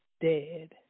Dead